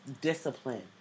discipline